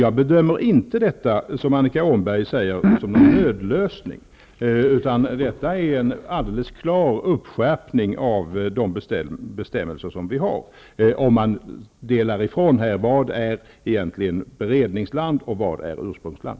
Jag bedömer inte detta som en nödlösning, som Annika Åhnberg säger, utan det är en klar skärpning av de bestämmelser som vi har om vi skiljer på beredningsland och ursprungsland.